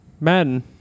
Madden